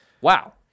Wow